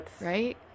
Right